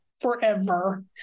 forever